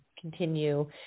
continue